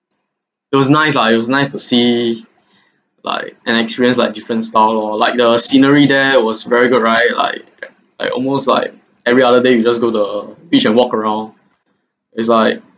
it was nice lah it was nice to see like and experience like different style lor like the scenery there was very good right like I almost like every other day we just go to the beach and walk around is like